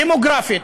דמוגרפית.